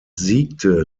siegte